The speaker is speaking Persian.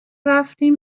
رفتیم